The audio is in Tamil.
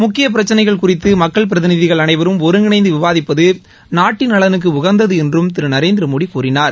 முக்கிய பிரச்சினைகள் குறித்து மக்கள் பிரதிநிதிகள் அனைவரும் ஒருங்கிணைந்து விவாதிப்பது நாட்டின் நலனுக்கு உகந்தது என்றும் திரு நரேந்திர மோடி கூறினார்